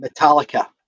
Metallica